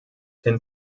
hin